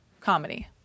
comedy